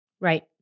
right